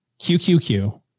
qqq